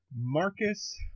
Marcus